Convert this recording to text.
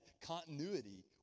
continuity